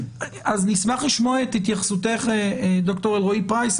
נשמח לשמוע את התייחסותך, דוקטור אלרעי פרייס.